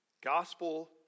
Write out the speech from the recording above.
gospel